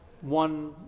one